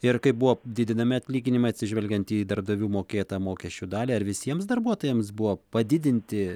ir kai buvo didinami atlyginimai atsižvelgiant į darbdavių mokėtą mokesčių dalį ar visiems darbuotojams buvo padidinti